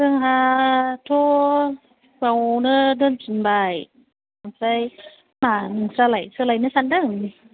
जोंहाथ' बावनो दोनफिनबाय ओमफ्राय मा नोंसोरालाय सोलायनो सान्दों